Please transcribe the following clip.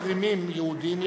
אם מחרימים יהודים,